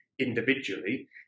Individually